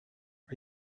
are